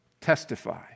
testify